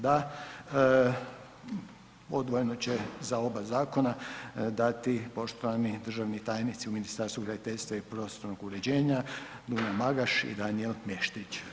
Da, odvojeno će za oba zakona dati poštovani državni tajnici u Ministarstvu graditeljstva i prostornog uređenja Dunja Magaš i Danijel Meštrić.